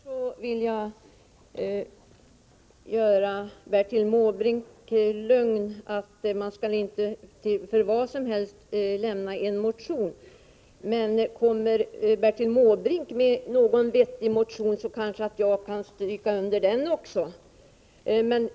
Herr talman! Först vill jag lugna Bertil Måbrink med att säga att man inte skall väcka en motion till vilket pris som helst. Om Bertil Måbrink väcker en vettig motion kanske jag kan ställa mig bakom den.